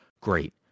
Great